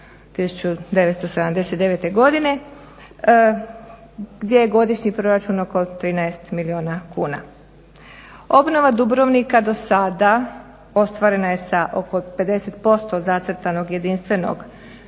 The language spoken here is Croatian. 1979. godine gdje je godišnji proračun oko 13 milijuna kuna. Obnova Dubrovnika dosada ostvarena je sa oko 50% zacrtanog jedinstvenog